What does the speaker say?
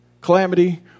calamity